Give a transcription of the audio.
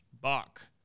Bach